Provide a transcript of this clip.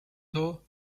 though